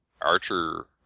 archer